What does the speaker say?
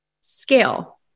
scale